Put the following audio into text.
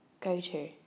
Go-to